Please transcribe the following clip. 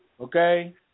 okay